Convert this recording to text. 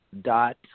dot